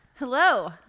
Hello